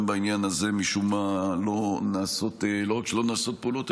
גם בעניין הזה משום מה לא רק שלא נעשות פעולות,